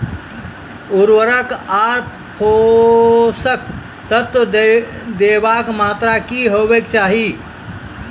उर्वरक आर पोसक तत्व देवाक मात्राकी हेवाक चाही?